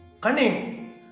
cunning